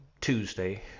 Tuesday